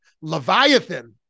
Leviathan